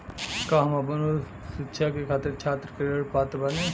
का हम आपन उच्च शिक्षा के खातिर छात्र ऋण के पात्र बानी?